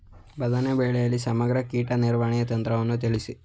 ಬದನೆ ಬೆಳೆಯಲ್ಲಿ ಸಮಗ್ರ ಕೀಟ ನಿರ್ವಹಣಾ ತಂತ್ರವನ್ನು ತಿಳಿಸಿ?